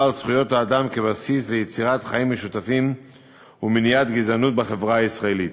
על זכויות האדם כבסיס ליצירת חיים משותפים ומניעת גזענות בחברה הישראלית.